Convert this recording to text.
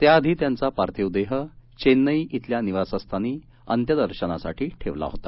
त्याआधी त्यांचा पार्थिव देह चेन्नई बिल्या निवासस्थानी अंत्यदर्शनासाठी ठेवला होता